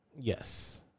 Yes